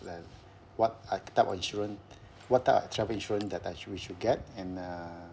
like what are the type of insurance what type of travel insurance that I should we should get and uh